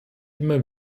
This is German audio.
immer